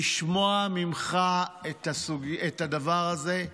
לשמוע ממך את הדבר הזה,